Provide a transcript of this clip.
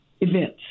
events